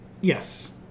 yes